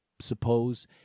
suppose